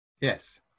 yes